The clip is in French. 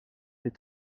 fait